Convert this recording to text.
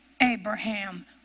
Abraham